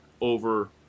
over